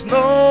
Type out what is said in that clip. no